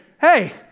hey